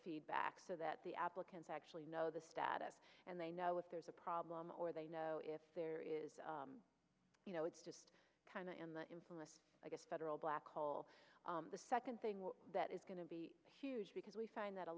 feedback so that the applicants actually know the status and they know if there's a problem or they know if there is you know it's just kind of in that infamous i guess federal black hole the second thing that is going to be huge because we find that a